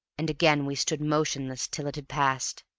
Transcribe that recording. and again we stood motionless till it had passed.